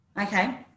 Okay